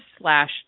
slash